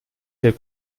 der